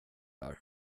där